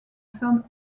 some